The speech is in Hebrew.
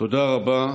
תודה רבה.